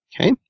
Okay